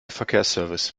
verkehrsservice